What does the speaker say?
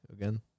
again